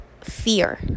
fear